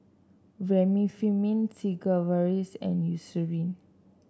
Remifemin Sigvaris and Eucerin